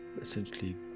essentially